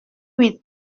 with